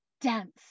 dance